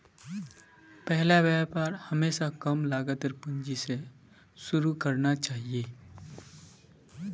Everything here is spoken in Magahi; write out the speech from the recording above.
पहला व्यापार हमेशा कम लागतेर पूंजी स शुरू करना चाहिए